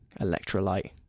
electrolyte